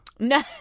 No